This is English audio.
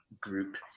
group